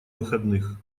выходных